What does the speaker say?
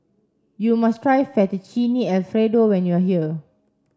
you must try Fettuccine Alfredo when you are here